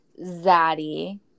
zaddy